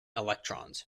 electrons